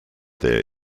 there